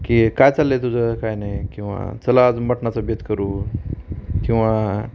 की काय चाललं तुझं काय नाही किंवा चला आज मटणाचा बेत करू किंवा